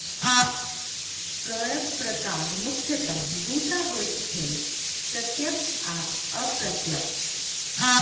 करक प्रकार मुख्यतः दू टा होइत छै, प्रत्यक्ष आ अप्रत्यक्ष